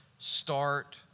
Start